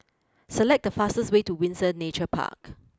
select the fastest way to Windsor Nature Park